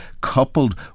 Coupled